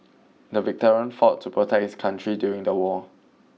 the veteran fought to protect his country during the war